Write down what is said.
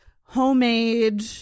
homemade